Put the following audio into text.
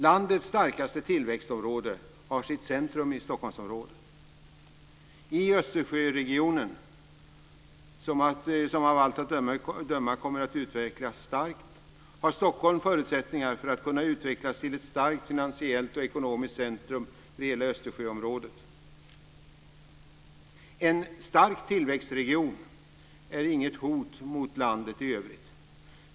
Landets starkaste tillväxtområde har sitt centrum i Stockholmsområdet. Östersjöregionen kommer av allt att döma att utvecklas starkt, och Stockholm har förutsättningar för att kunna utvecklas till ett starkt finansiellt och ekonomiskt centrum för hela Östersjöområdet. En stark tillväxtregion är inget hot mot landet i övrigt.